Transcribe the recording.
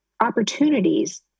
opportunities